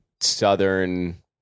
southern